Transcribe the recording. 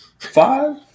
five